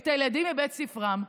את הילדים מבית ספרם,